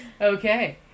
Okay